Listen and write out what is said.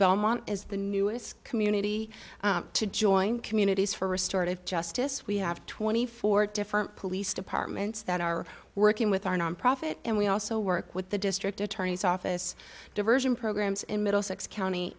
belmont is the newest community to join communities for restorative justice we have twenty four different police departments that are working with our nonprofit and we also work with the district attorney's office diversion programs in middlesex county